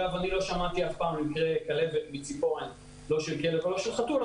אני לא שמעתי על מקרים של כלבת כתוצאה משריטה של כלב או חתול,